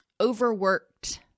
overworked